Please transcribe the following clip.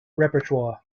repertoire